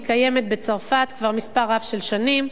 היא קיימת בצרפת כבר מספר רב של שנים,